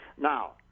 Now